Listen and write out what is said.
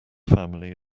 family